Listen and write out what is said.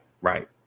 Right